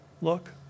look